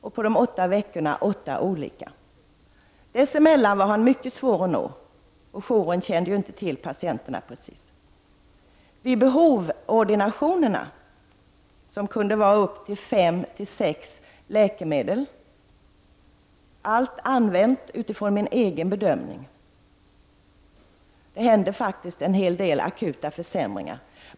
Under de åtta veckorna var det åtta olika läkare. Dessemellan var läkaren mycket svår att nå, och jouren kände ju inte precis till patienterna. Vid-behov-ordinationerna, som kunde vara 5-6 läkemedel, fick jag använda helt och hållet med utgångspunkt i min egen bedömning. Det inträffade faktiskt en hel del akuta försämringar.